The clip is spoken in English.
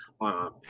on